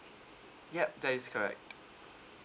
yup that is correct